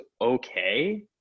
okay